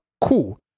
cool